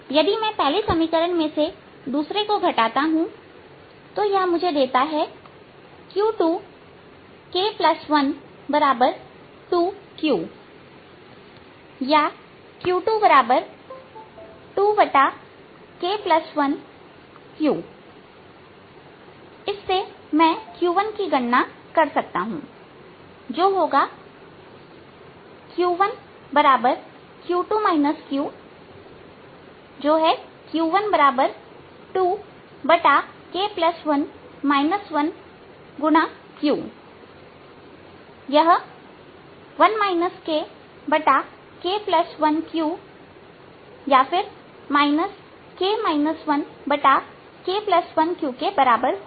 यदि मैं पहले समीकरण से दूसरे को घटाता हूं यह मुझे देता है q2k12q या q22k1q और इससे मैं q1 की गणना कर सकता हूं जो होगा q1q2 q जो है q12k1 1q यह 1 kk1qके या k 1k1qबराबर होगा